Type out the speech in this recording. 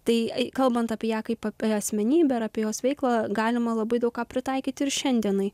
tai kalbant apie ją kaip apie asmenybę ir apie jos veiklą galima labai daug ką pritaikyti ir šiandienai